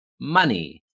money